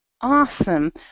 Awesome